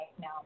now